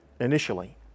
initially